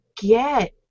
Get